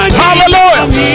hallelujah